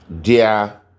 dear